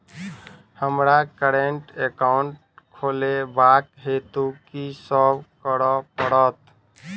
हमरा current account खोलेवाक हेतु की सब करऽ पड़त?